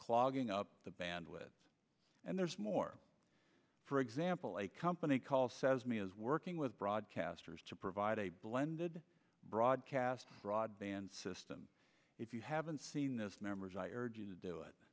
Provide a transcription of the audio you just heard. clogging up the bandwidth and there's more for example a company called says me is working with broadcasters to provide a blended broadcast broadband system if you haven't seen this members i urge you to do it